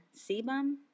sebum